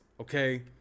Okay